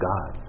God